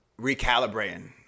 recalibrating